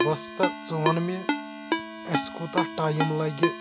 وۄستا ژٕ وَن مےٚ اَسہِ کوٗتاہ ٹایم لَگہِ